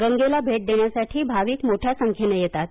गंगेला भेट देण्यासाठी भाविक मोठ्या संख्येनं येतात